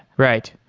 right.